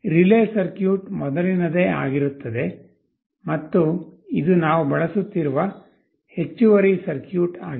relay circuit ಮೊದಲಿನದೇ ಆಗಿರುತ್ತದೆ ಮತ್ತು ಇದು ನಾವು ಬಳಸುತ್ತಿರುವ ಹೆಚ್ಚುವರಿ ಸರ್ಕ್ಯೂಟ್ ಆಗಿದೆ